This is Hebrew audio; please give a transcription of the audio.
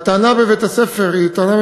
הטענה בבית-הספר היא טענה,